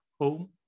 home